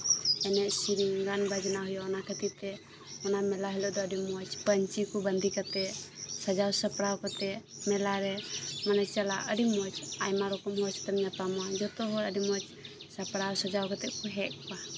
ᱮᱱᱮᱡ ᱥᱮᱨᱮᱧ ᱜᱟᱱ ᱵᱟᱡᱱᱟ ᱦᱩᱭᱩᱜ ᱟ ᱚᱱᱟ ᱠᱷᱟᱹᱛᱤᱨ ᱛᱮ ᱚᱱᱟ ᱢᱮᱞᱟ ᱦᱤᱞᱳᱜ ᱫᱚ ᱟᱹᱰᱤ ᱢᱚᱸᱡ ᱯᱟᱺᱧᱪᱤᱠᱚ ᱵᱟᱸᱫᱮ ᱠᱟᱛᱮᱜ ᱥᱟᱡᱟᱣ ᱥᱟᱯᱲᱟᱣ ᱠᱟᱛᱮᱜ ᱢᱮᱞᱟᱨᱮ ᱢᱟᱱᱮ ᱢᱮᱞᱟᱨᱮ ᱪᱟᱞᱟᱜ ᱟᱹᱰᱤ ᱢᱚᱸᱡ ᱟᱭᱢᱟ ᱨᱚᱠᱚᱢ ᱦᱚᱲ ᱥᱟᱶᱮᱢ ᱧᱟᱯᱟᱢᱚᱜ ᱟ ᱡᱚᱛᱚ ᱦᱚᱲ ᱟᱹᱰᱤ ᱢᱚᱸᱡ ᱥᱟᱡᱟᱣ ᱥᱟᱯᱲᱟᱣ ᱠᱟᱛᱮᱫ ᱠᱚ ᱦᱮᱡ ᱠᱚᱜᱟ